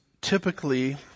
typically